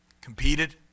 competed